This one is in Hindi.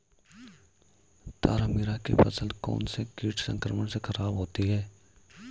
तारामीरा की फसल कौनसे कीट संक्रमण के कारण खराब होती है?